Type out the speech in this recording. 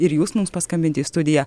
ir jūs mums paskambinti į studiją